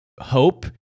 hope